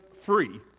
free